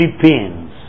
Philippines